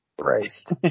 Christ